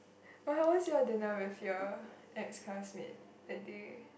oh how was your dinner with your ex classmate that day